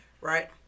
Right